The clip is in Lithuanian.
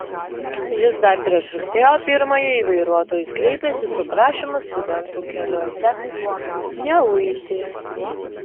jis dar prieš rugsėjo pirmąją į vairuotojus kreipėsi su prašymu studentų keliuose neuiti